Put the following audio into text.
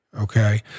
Okay